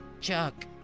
Chuck